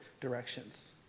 directions